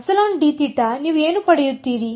ε dθ ನೀವು ಏನು ಪಡೆಯುತ್ತೀರಿ